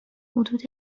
حدود